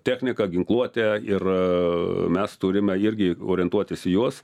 techniką ginkluotę ir mes turime irgi orientuotis į juos